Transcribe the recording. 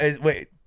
wait